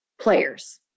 players